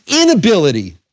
inability